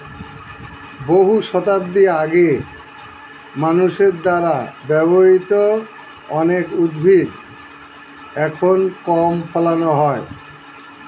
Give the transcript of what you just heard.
বহু শতাব্দী আগে মানুষের দ্বারা ব্যবহৃত অনেক উদ্ভিদ এখন কম ফলানো হয়